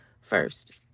First